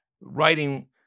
writing